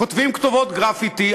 כותבים כתובות גרפיטי,